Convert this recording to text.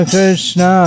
Krishna